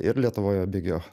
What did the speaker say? ir lietuvoje bėgio